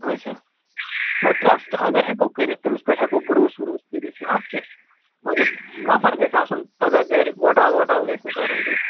اَچھا نہَ ٹرٛسٹہٕ اگر ہیٚکو کٔرِتھ تٔمِس پٮ۪ٹھ ہٮ۪کو بروٗسہٕ وروٗسہٕ کٔرِتھ تہٕ اَتھ کیٛاہ چھُ مَگر نَفر گژھِ آسُن پگاہ کَرِ گۄٹال وَٹال گَژھِ نہٕ کَرُن کیٚنٛہہ